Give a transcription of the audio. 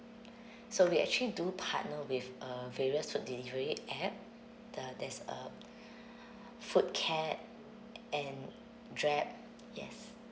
so we actually do partner with uh various so delivery app the there's um foodcat and grab yes